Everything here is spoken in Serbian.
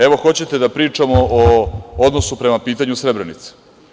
Evo, hoćete da pričamo o odnosu prema pitanju Srebrenice.